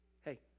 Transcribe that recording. hey